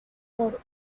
called